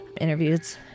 interviews